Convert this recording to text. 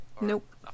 Nope